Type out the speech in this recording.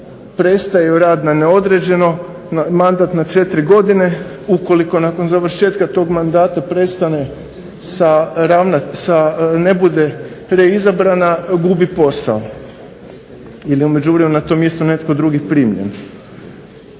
prestaje joj rad na neodređeno, mandat na četiri godine. Ukoliko nakon završetka tog mandata prestane sa ne bude izabrana gubi posao ili na međuvremenu to mjesto netko drugi primljen.